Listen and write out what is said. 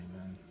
Amen